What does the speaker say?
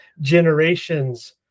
generation's